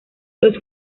los